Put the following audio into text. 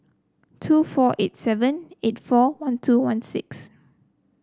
two four eight seven eight four one two one six